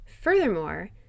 Furthermore